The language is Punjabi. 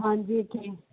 ਹਾਂਜੀ ਜੀ